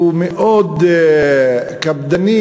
הוא מאוד קפדני,